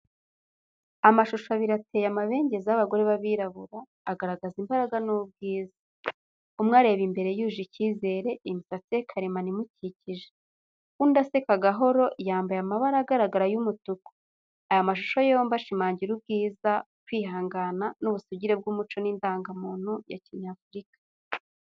Amashusho abiri ateye amabengeza y’abagore b’abirabura, agaragaza imbaraga n’ubwiza. Umwe areba imbere yuje icyizere, imisatsi ye karemano imukikije. Undi aseka gahoro, yambaye amabara agaragara y'umutuku. Aya mashusho yombi ashimangira ubwiza, kwihangana, n’ubusugire bw’umuco n’indangamuntu ya kinyafurika.